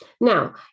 Now